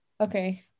Okay